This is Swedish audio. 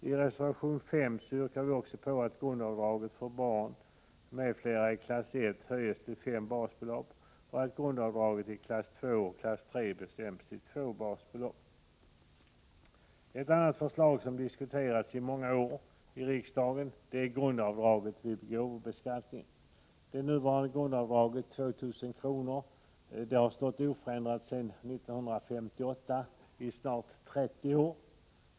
I reservation nr 5 yrkar vi också att grundavdraget för barn m.fl. i klass I höjs till fem basbelopp och att grundavdraget i klass II och klass III bestäms till två basbelopp. Ett annat förslag som diskuterats i många år i riksdagen är grundavdraget vid gåvobeskattningen. Det nuvarande grundavdraget, 2 000 kr., har varit oförändrat sedan 1958—i snart 30 år.